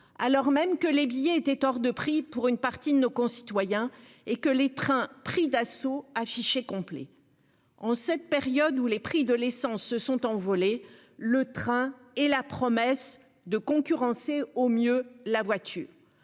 alors même que les billets étaient hors de prix pour une partie de nos concitoyens et que les trains pris d'assaut affiché complet en cette période où les prix de l'essence se sont envolés, le train et la promesse de concurrencer au mieux la voiture.